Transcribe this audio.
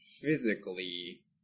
physically